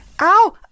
Ow